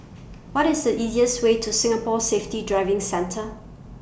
What IS The easiest Way to Singapore Safety Driving Centre